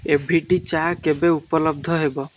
AVT ଚା କେବେ ଉପଲବ୍ଧ ହେବ